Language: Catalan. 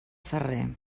ferrer